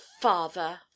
father